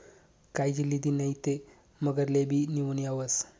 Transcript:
कायजी लिदी नै ते मगरलेबी नीमोनीया व्हस